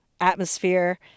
atmosphere